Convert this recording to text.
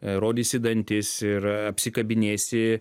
rodisi dantis ir apsikabinėsi